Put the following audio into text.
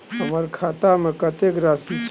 हमर खाता में कतेक राशि छै?